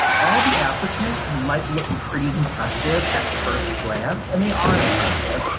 all of the applicants might look pretty impressive at first glance and they are impressive.